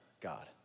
God